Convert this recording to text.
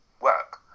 work